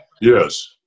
Yes